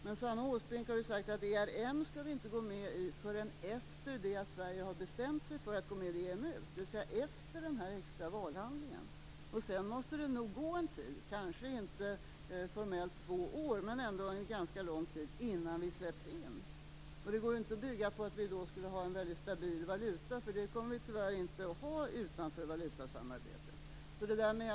Men samme Åsbrink har sagt att ERM skall vi inte gå med i förrän efter det att Sverige har bestämt sig för att gå med i EMU, dvs. efter den extra valhandlingen. Sedan måste det nog gå en tid, kanske inte formellt två år, men ändå en ganska lång tid, innan vi släpps in. Det går inte att bygga på att vi då skulle ha en mycket stabil valuta, för det kommer vi tyvärr inte att ha utanför valutasamarbetet.